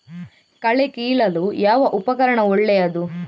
ಕಳೆ ಕೀಳಲು ಯಾವ ಉಪಕರಣ ಒಳ್ಳೆಯದು?